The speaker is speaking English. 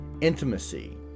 intimacy